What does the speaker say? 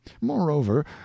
moreover